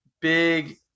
big